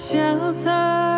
shelter